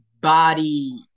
body